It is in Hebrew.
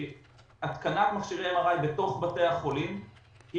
התקנת מכשירי MRI בתוך בתי החולים היא